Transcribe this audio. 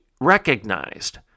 recognized